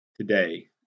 today